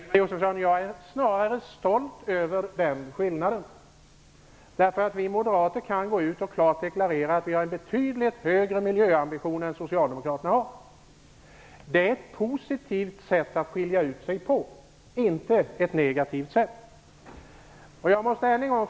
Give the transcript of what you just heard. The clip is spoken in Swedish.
Herr talman! Jag är snarare stolt över den skillnaden, Ingemar Josefsson. Vi moderater kan gå ut och klart deklarera att vi har betydligt högre miljöambitioner än socialdemokraterna. Det är ett positivt sätt att skilja sig från de övriga partierna på, inte ett negativt.